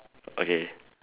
okay